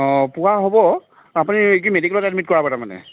অ পোৱা হ'ব আপুনি কি মেডিকেলত এডমিট কৰাব তাৰমানে